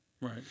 Right